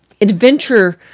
adventure